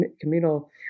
communal